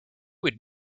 would